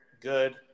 good